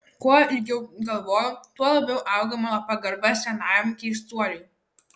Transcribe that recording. kuo ilgiau galvojau tuo labiau augo mano pagarba senajam keistuoliui